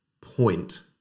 point